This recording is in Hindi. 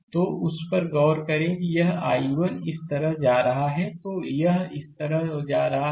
तो अगर उस पर गौर करें कि यह I1 इस तरह जा रहा है तो यह इस तरह जा रहा है